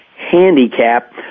Handicap